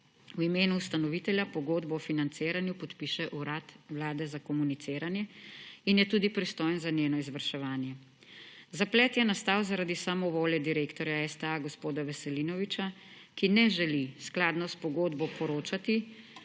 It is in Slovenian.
V imenu ustanovitelja pogodbo o financiranju podpiše Urad vlade za komuniciranje in je tudi pristojen za njeno izvrševanje. Zaplet je nastal zaradi samovolje direktorja STA gospoda Veselinoviča, ki ne želi skladno s pogodbo poročati